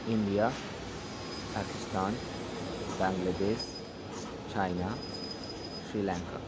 India Pakistan Bangladesh China Sri Lanka